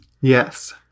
yes